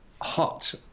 hot